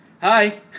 hi